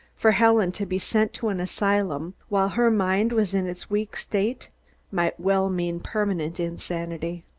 for helen to be sent to an asylum while her mind was in its weak state might well mean permanent insanity.